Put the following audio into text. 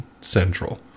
central